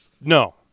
No